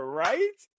right